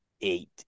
eight